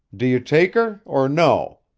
do you take her? or no?